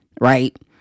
Right